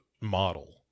model